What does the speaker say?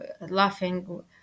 laughing